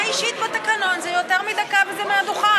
הערה אישית בתקנון זה יותר מדקה, וזה מהדוכן.